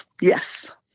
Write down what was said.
yes